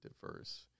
diverse